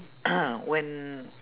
when